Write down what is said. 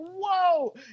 whoa